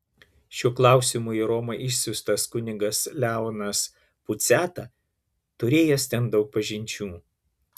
šiuo klausimu į romą išsiųstas kunigas leonas puciata turėjęs ten daug pažinčių